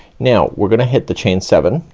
now, we're gonna hit the chain seven.